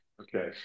Okay